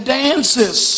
dances